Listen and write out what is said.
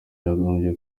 yagombye